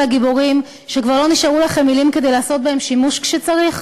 הגיבורים שכבר לא נשארו לכם מילים כדי לעשות בהן שימוש כשצריך?